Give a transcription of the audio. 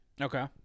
Okay